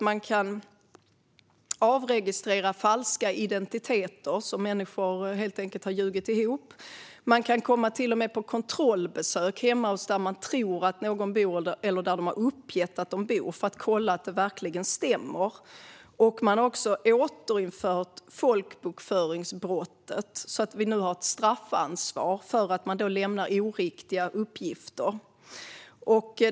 Man kan avregistrera falska identiteter som människor helt enkelt har ljugit ihop. Man kan till och med komma på kontrollbesök där man tror att någon bor eller där någon uppgett sig bo för att kolla att det verkligen stämmer. Man har också återinfört folkbokföringsbrottet, så att vi nu har ett straffansvar när oriktiga uppgifter lämnas.